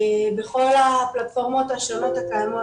בכל הפלטפורמות השונות הקיימות,